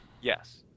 Yes